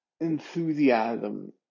enthusiasm